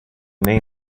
name